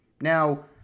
Now